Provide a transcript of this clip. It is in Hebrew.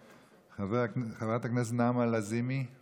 חברת הכנסת נעמה לזימי, איננה.